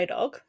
Dog